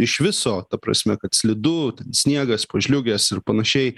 iš viso ta prasme kad slidu sniegas pažliugęs ir panašiai